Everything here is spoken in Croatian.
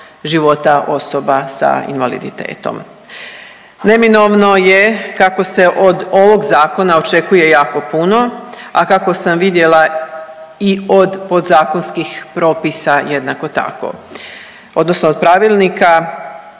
života osoba sa invaliditetom. Neminovno je kako se od ovog zakona očekuje jako puno, a kako sam vidjela i od podzakonskih propisa jednako tako. Odnosno od pravilnika